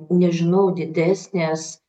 nežinau didesnės